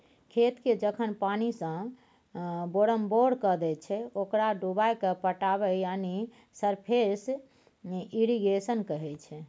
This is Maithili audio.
खेतकेँ जखन पानिसँ बोरमबोर कए दैत छै ओकरा डुबाएकेँ पटाएब यानी सरफेस इरिगेशन कहय छै